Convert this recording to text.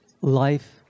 life